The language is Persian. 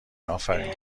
افرین